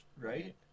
right